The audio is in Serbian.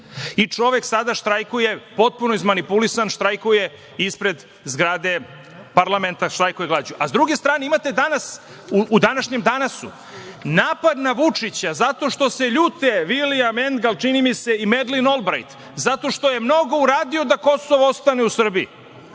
I čovek sada, potpuno izmanipulisan štrajkuje ispred zgrade parlamenta. Štrajkuje glađu. Sa druge strane, imate danas u današnjem „Danasu“ napad na Vučića zato što se ljute Vilijam Engdal čini mi se i Medlin Olbrajt zato što je mnogo uradio da Kosovo ostane u Srbiji.